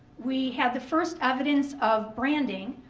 we had the first evidence of branding,